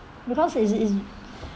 because is is